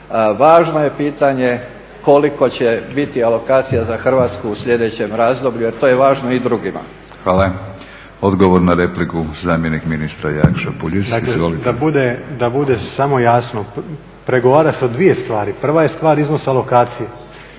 važno je pitanje koliko će biti alokacija za Hrvatsku u sljedećem razdoblju, jer to je važno i drugima. **Batinić, Milorad (HNS)** Hvala. Odgovor na repliku, zamjenik ministra Jakša Puljiz. Izvolite. **Puljiz, Jakša** Dakle, da bude samo jasno. Pregovara se o dvije stvari. Prva je stvar iznos alokacije